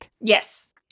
yes